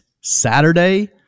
Saturday